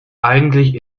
eigentlich